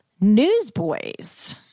Newsboys